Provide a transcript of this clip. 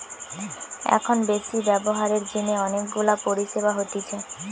এখন বেশি ব্যবহারের জিনে অনেক গুলা পরিষেবা হতিছে